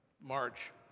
march